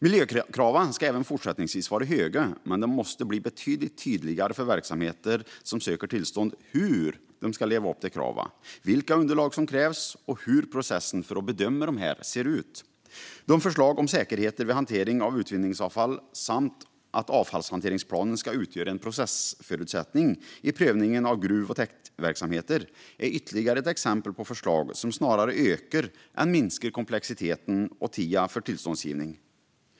Miljökraven ska även fortsättningsvis vara höga, men det måste bli betydligt tydligare för verksamheter som söker tillstånd hur de ska leva upp till kraven, vilka underlag som krävs och hur processen för att bedöma dem ser ut. Förslagen om säkerheter vid hantering av utvinningsavfall samt om att avfallshanteringsplanen ska utgöra en processförutsättning i prövningen av gruv och täktverksamheter är ytterligare exempel på förslag som snarare ökar än minskar komplexiteten och tiden för tillståndsgivning.